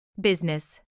Business